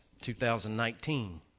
2019